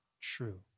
true